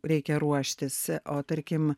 reikia ruoštis o tarkim